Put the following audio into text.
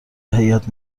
هیات